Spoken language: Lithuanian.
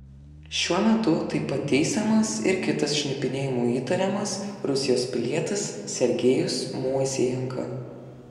šiuo metu taip pat teisiamas ir kitas šnipinėjimu įtariamas rusijos pilietis sergejus moisejenka